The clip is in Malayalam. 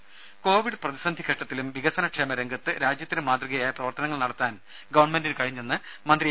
രേര കൊവിഡ് പ്രതിസന്ധിഘട്ടത്തിലും വികസനക്ഷേമ രംഗത്ത് രാജ്യത്തിന് മാതൃകയായ പ്രവർത്തനങ്ങൾ നടത്താൻ ഗവൺമെന്റിന് കഴിഞ്ഞെന്ന് മന്ത്രി എ